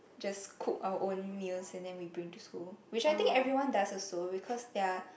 just cooked our own meals and then we bring to school which I think everyone does also because there are